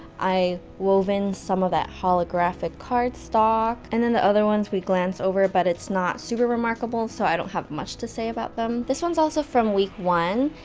i wove in some of that holographic cardstock, and then the other ones we glance over but it's not super remarkable, so i don't have much to say about them this one's also from week one,